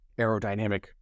aerodynamic